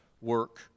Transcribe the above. work